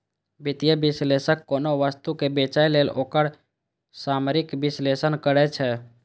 वित्तीय विश्लेषक कोनो वस्तु कें बेचय लेल ओकर सामरिक विश्लेषण करै छै